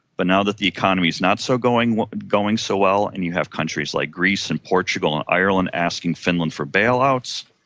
but now that the economy is not so going going so well and you have countries like greece and portugal and ireland asking finland for bailouts,